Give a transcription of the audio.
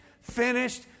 finished